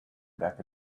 back